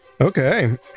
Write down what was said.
Okay